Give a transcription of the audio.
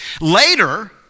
Later